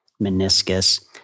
meniscus